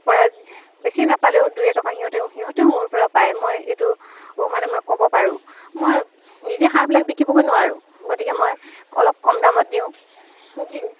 পৰা বেছি নেপালেও দুই এটকা সিহঁতেও সিহঁতেও মোৰ পৰা পায় মই এইটো মানে মই ক'ব পাৰোঁ মই নিজে হাঁহবিলাক বিকিবগৈ নোৱাৰোঁ গতিকে মই অলপ কম দামত দিওঁ দি